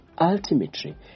ultimately